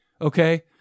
okay